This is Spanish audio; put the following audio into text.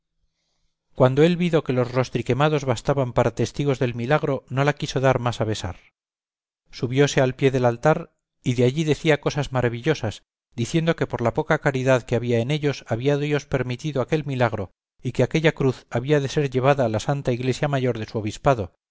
cuando él vido que los rostriquemados bastaban para testigos del milagro no la quiso dar más a besar subióse al pie del altar y de allí decía cosas maravillosas diciendo que por la poca caridad que había en ellos había dios permitido aquel milagro y que aquella cruz había de ser llevada a la santa iglesia mayor de su obispado